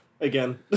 again